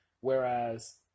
Whereas